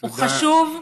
הוא חשוב.